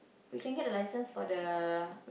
we can get the license for the